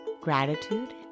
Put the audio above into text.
Gratitude